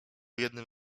jednym